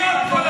תני לו להשלים.